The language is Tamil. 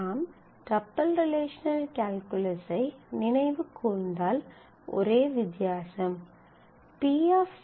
நாம் டப்பிள் ரிலேஷனல் கால்குலஸை நினைவு கூர்ந்தால் ஒரே வித்தியாசம்